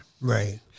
Right